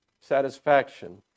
satisfaction